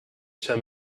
cher